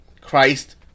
Christ